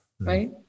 right